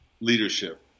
leadership